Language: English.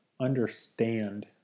understand